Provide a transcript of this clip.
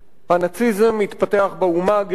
הנאציזם התפתח באומה הגרמנית,